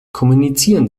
kommunizieren